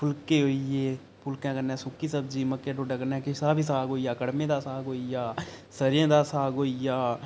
फुलके होई गे फुलकें कन्नै सुक्की सब्जी मक्कें दे ढोड्डे कन्नै किसै दा बी साग होई गेआ कड़मे दा साग होई गेआ सरेआं दा साग होई गेआ